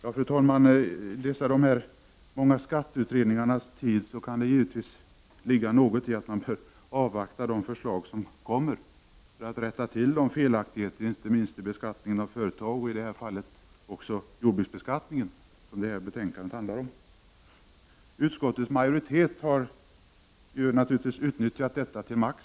Fru talman! I dessa de många skatteutredningarnas tid kan det givetvis ligga något i att man bör avvakta utredningarnas förslag för att rätta till felaktigheter, inte minst i beskattningen av företag, i detta fall även jordbruksbeskattningen, som detta betänkande handlar om. Utskottets majoritet har naturligtvis utnyttjat detta till max.